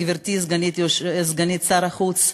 גברתי סגנית שר החוץ,